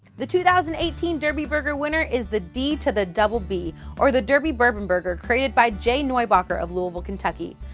the two thousand and eighteen derby burger winner is the d to the double b or the derby bourbon burger created by jay neubacher of louisville, kentucky.